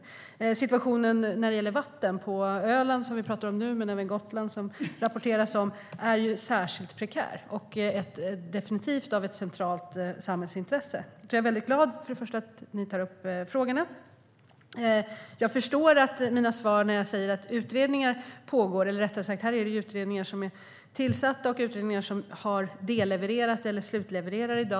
Situationen när det gäller vatten på Öland och Gotland är särskilt prekär och definitivt av centralt samhällsintresse. Jag är väldigt glad över att ni tar upp dessa frågor. Här finns det utredningar som är tillsatta - en del har dellevererat eller slutlevererar i dag.